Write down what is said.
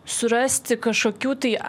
surasti kažkokių tai